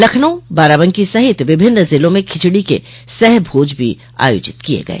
लखनऊ बाराबंकी सहित विभिन्न जिलों में खिचड़ी के सह भोज भी आयोजित किये गये